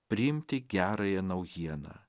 priimti gerąją naujieną